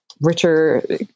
richer